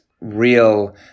real